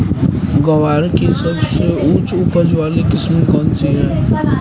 ग्वार की सबसे उच्च उपज वाली किस्म कौनसी है?